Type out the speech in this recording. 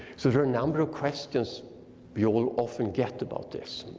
so there are a number of questions you'll often get about this.